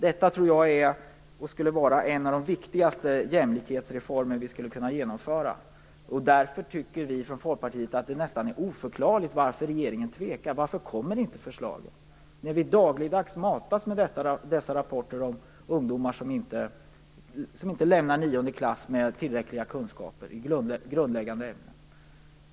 Detta tror jag är en av de viktigaste jämlikhetsreformer som vi skulle kunna genomföra. Därför tycker vi från Folkpartiet att det är nästan oförklarligt att regeringen tvekar. Varför kommer inte förslagen? Vi matas ju dagligdags med dessa rapporter om ungdomar som lämnar nionde klass utan tillräckliga kunskaper i grundläggande ämnen.